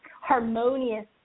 harmonious